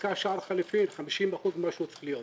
ומחזיקה שער חליפין 50% ממה שהוא צריך להיות.